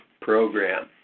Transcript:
program